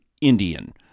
Indian